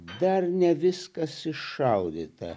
dar ne viskas iššaudyta